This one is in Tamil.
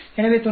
எனவே 90